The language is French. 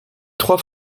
trois